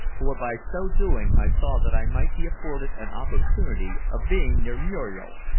for by so doing i saw that i might be afforded an opportunity of being near muriel.